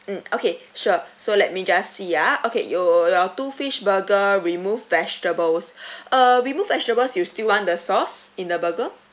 mm okay sure so let me just see ah okay you your two fish burger remove vegetables uh remove vegetables you still want the sauce in the burger